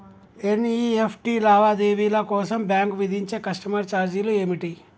NEFT లావాదేవీల కోసం bank విధించే కస్టమర్ ఛార్జీలు ఏమిటి?